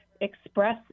express